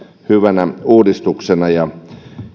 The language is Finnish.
hyvänä uudistuksena ja